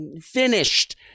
finished